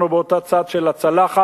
אנחנו באותו צד של הצלחת,